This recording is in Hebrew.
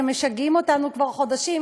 שמשגעים אותנו כבר חודשים,